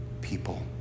people